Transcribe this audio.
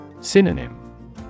Synonym